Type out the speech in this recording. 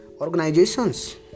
organizations